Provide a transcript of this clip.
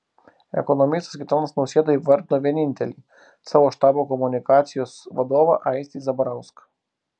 ekonomistas gitanas nausėda įvardijo vienintelį savo štabo komunikacijos vadovą aistį zabarauską